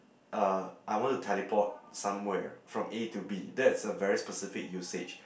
uh I want to teleport somewhere from A to B that's a very specific usage